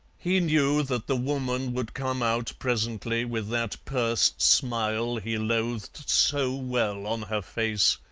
he knew that the woman would come out presently with that pursed smile he loathed so well on her face,